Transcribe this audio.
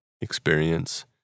experience